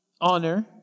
Honor